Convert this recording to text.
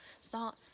start